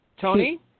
Tony